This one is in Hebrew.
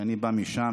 אני בא משם